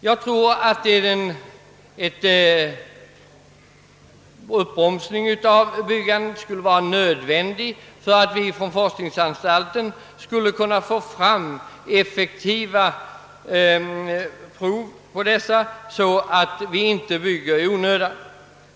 Jag tror det är nödvändigt med en uppbromsning av skyddsrumsbyggandet till dess att försvarets forskningsanstalt kunnat göra ordentliga prov härvidlag, så att vi inte bygger i onödan.